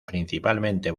principalmente